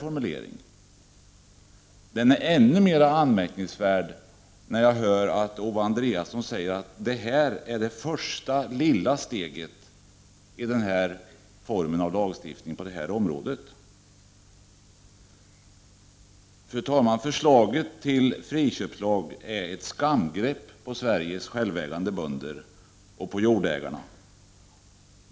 Den blir ännu mer anmärkningsvärd när jag hör att Owe Andréasson säger att det här är det första, lilla steget i lagstiftningen på det här området. Fru talman! Förslaget till friköpslag är ett skamgrepp på Sveriges självägande bönder och på jordägarna.